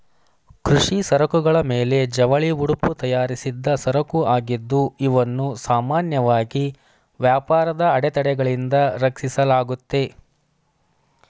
ಕೃಷಿ ಸರಕುಗಳ ಮೇಲೆ ಜವಳಿ ಉಡುಪು ತಯಾರಿಸಿದ್ದ ಸರಕುಆಗಿದ್ದು ಇವನ್ನು ಸಾಮಾನ್ಯವಾಗಿ ವ್ಯಾಪಾರದ ಅಡೆತಡೆಗಳಿಂದ ರಕ್ಷಿಸಲಾಗುತ್ತೆ